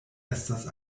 estas